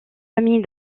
famille